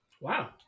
Wow